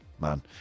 man